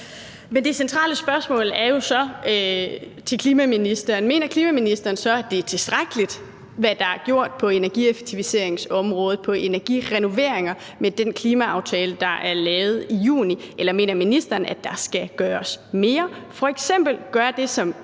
Men det centrale spørgsmål til klimaministeren er jo så, om klimaministeren mener, at det er tilstrækkeligt, hvad der er gjort på energieffektiviseringsomådet, på energirenoveringer, med den klimaaftale, der er lavet i juni. Eller mener ministeren, der skal gøres mere, f.eks. at man skal gøre